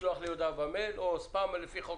לשלוח לי הודעה במייל או ספאם לפי חוק